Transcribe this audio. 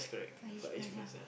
Far-East-Plaza